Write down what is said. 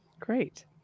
great